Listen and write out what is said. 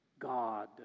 God